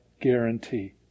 guarantee